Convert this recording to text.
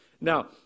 Now